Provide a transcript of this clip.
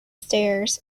stairs